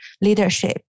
leadership